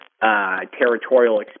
territorial